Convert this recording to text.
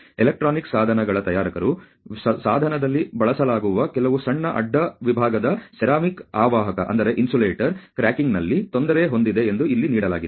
electronic ಸಾಧನಗಳ ತಯಾರಕರು ಸಾಧನದಲ್ಲಿ ಬಳಸಲಾಗುವ ಕೆಲವು ಸಣ್ಣ ಅಡ್ಡ ವಿಭಾಗದ ಸೆರಾಮಿಕ್ ಅವಾಹಕದ ಕ್ರ್ಯಾಕಿಂಗ್ನಲ್ಲಿ ತೊಂದರೆ ಹೊಂದಿದೆ ಎಂದು ಇಲ್ಲಿ ನೀಡಲಾಗಿದೆ